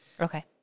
Okay